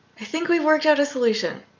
i think we've worked out a solution.